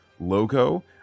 logo